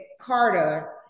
Carter